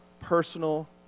personal